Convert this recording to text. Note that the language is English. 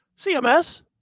CMS